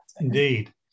indeed